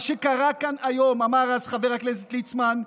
מה שקרה כאן היום, אמר אז חבר הכנסת ליצמן,